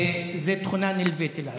זאת תכונה נלווית אלייך.